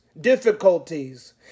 difficulties